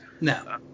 No